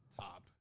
top